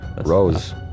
Rose